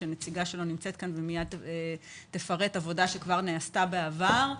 שנציגה שלו נמצאת כאן ותפרט עבודה שכבר נעשתה בעבר,